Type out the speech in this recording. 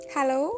Hello